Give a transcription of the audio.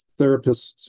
therapists